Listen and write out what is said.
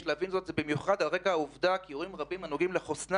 יש להבין זאת על רקע העובדה שאירועים רבים שנוגעים לחוסנה